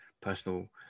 personal